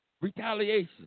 Retaliation